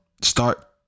start